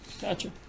Gotcha